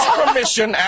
permission